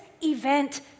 event